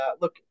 look